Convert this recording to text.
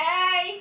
Hey